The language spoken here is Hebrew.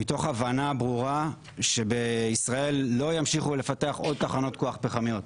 מתוך הבנה ברורה שבישראל לא ימשיכו לפתח עוד תחנות כוח פחמיות,